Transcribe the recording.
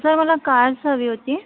हं सर मला कार्स हवी होती